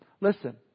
listen